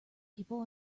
people